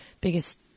biggest